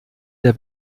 der